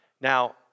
Now